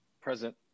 Present